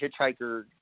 Hitchhiker